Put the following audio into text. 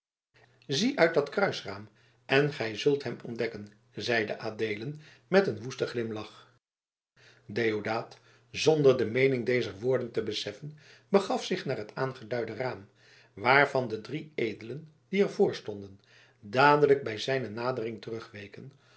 zie uit dat kruisraam en gij zult hem ontdekken zeide adeelen met een woesten glimlach deodaat zonder de meening dezer woorden te beseffen begaf zich naar het aangeduide raam waarvan de drie edelen die er voor stonden dadelijk bij zijne nadering terugweken